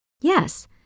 Yes